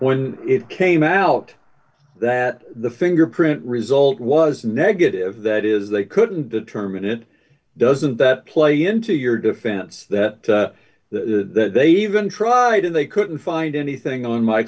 when it came out that the fingerprint result was negative that is d they couldn't determine it doesn't that play into your defense that the they even tried and they couldn't find anything on my